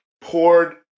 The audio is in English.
poured